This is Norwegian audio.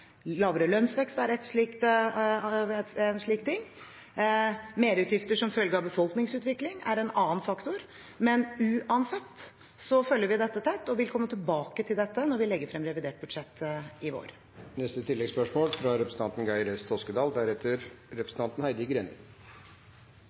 Lavere lønnsvekst er en slik ting. Merutgifter som følge av befolkningsutvikling er en annen faktor. Men uansett følger vi dette tett, og vi vil komme tilbake til dette når vi legger frem revidert budsjett i vår.